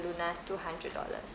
luna is two hundred dollars